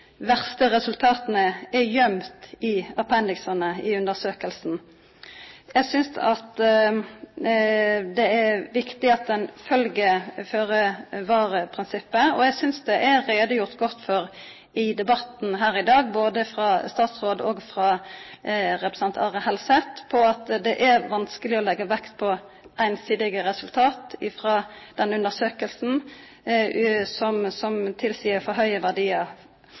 verste resultata er gøymde i appendiksane i undersøkinga. Eg synest det er viktig at ein følgjer føre-var-prinsippet. Eg synest det er gjort godt greie for i debatten her i dag, både frå statsråden og frå representanten Are Helseth, at det er vanskeleg å leggja vekt på einsidige resultat frå denne undersøkinga som tilseier for høge verdiar